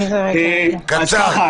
קצר.